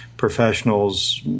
Professionals